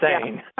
insane